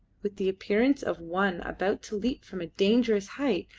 with the appearance of one about to leap from a dangerous height,